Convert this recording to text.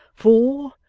for,